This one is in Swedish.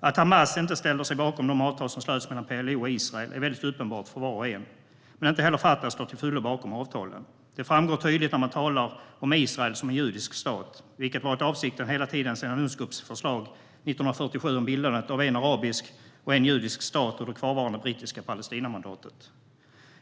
Att Hamas inte ställer sig bakom de avtal som slöts mellan PLO och Israel är väldigt uppenbart för var och en. Men inte heller Fatah står till fullo bakom avtalen. Det framgår tydligt när man talar om Israel som en judisk stat, vilket varit avsikten hela tiden sedan Unscops förslag 1947 om bildandet av en arabisk och en judisk stat ur det kvarvarande brittiska Palestinamandatet.